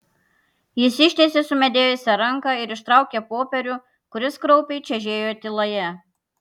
jis ištiesė sumedėjusią ranką ir ištraukė popierių kuris kraupiai čežėjo tyloje